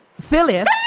Philip